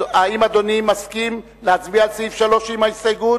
האם אדוני מסכים להצביע על סעיף 3 עם ההסתייגות?